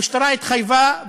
המשטרה התחייבה,